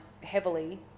heavily